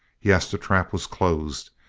yes, the trap was closed,